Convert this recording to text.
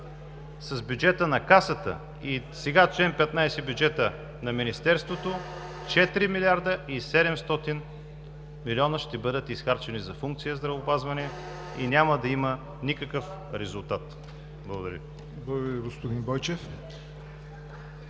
с бюджета на Касата и сега чл. 15 – бюджета на министерството, 4 милиарда и 700 милиона ще бъдат изхарчени за функция „Здравеопазване“ и няма да има никакъв резултат. Благодаря.